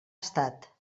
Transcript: estat